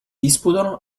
disputano